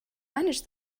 manage